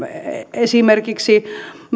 esimerkiksi